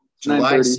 July